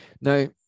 Now